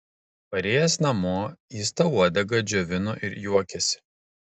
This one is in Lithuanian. parėjęs namo jis tą uodegą džiovino ir juokėsi